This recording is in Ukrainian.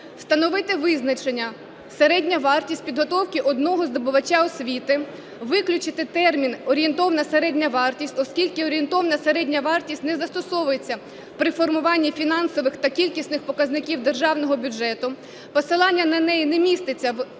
Встановити визначення "середня вартість підготовки одного здобувача освіти". Виключити термін "орієнтовна середня вартість", оскільки орієнтовна середня вартість не застосовується при формуванні фінансових та кількісних показників державного бюджету, посилання на неї не міститься в